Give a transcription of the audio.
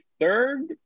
third